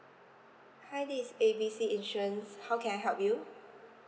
hi this is A B C insurance how can I help you